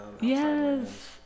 Yes